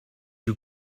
you